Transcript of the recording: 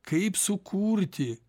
kaip sukurti